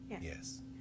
Yes